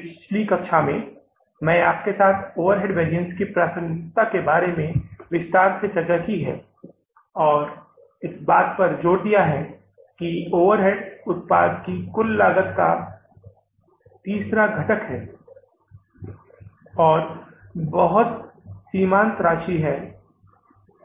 पिछली कक्षा में मैंने आपके साथ ओवरहेड वेरिएंस की प्रासंगिकता के बारे में विस्तार से चर्चा की और इस बात पर जोर दिया कि ओवरहेड उत्पाद की कुल लागत का तीसरा घटक है और बहुत सीमान्त राशि है